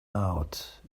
out